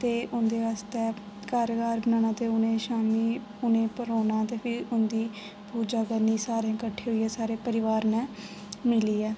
ते उं'दे बास्तै घर गै हार बनाना ते उ'नें शामीं उ'नें ई परोना ते फिर उं'दी पूजा करनी सारे कट्ठे होइयै सारे परिवार ने मिलियै